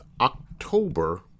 October